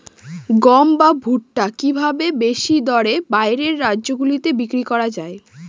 গম বা ভুট্ট কি ভাবে বেশি দরে বাইরের রাজ্যগুলিতে বিক্রয় করা য়ায়?